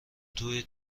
توی